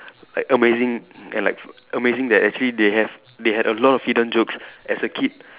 like amazing and like amazing that actually they have they had a lot of hidden jokes as a kid